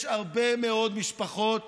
יש הרבה מאוד משפחות